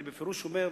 אני בפירוש אומר,